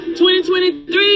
2023